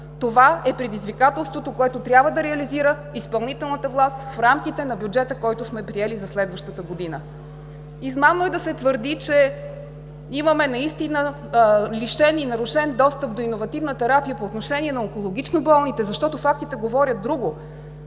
Това е предизвикателството, което трябва да реализира изпълнителната власт в рамките на бюджета, който сме приели за следващата година. Измамно е да се твърди, че наистина имаме лишен и нарушен достъп до иновативна терапия по отношение на онкологично болните, защото фактите говорят друго: